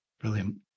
Brilliant